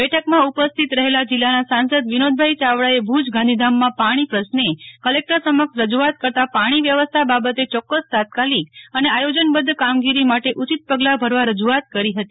બેઠકમાં ઉપસ્થિત રહેલા જિલ્લાના સાંસદ વિનોદભાઈ ચાવડાએ ભુજ ગાંધીધામમાં પાણી પ્રશ્ને કલેકટર સમક્ષ રજૂઆત કરતા પાણી વ્યવસ્થા બાબતે ચોક્કસ તાત્કાલિક અને આયોજનબધ્ધ કામગીરી માટે ઉચિત પગલાં ભરવા રજુઆત કરી ફતી